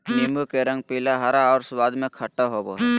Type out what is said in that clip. नीबू के रंग पीला, हरा और स्वाद में खट्टा होबो हइ